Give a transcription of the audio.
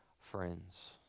friends